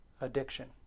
addiction